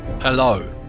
hello